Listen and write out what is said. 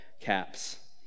caps